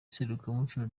serukiramuco